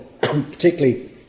particularly